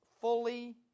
fully